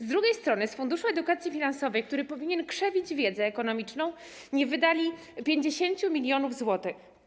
Z drugiej strony z Funduszu Edukacji Finansowej, który powinien krzewić wiedzę ekonomiczną, nie wydali 50 mln zł.